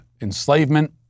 enslavement